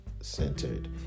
centered